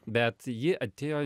bet ji atėjo